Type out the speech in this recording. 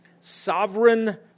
sovereign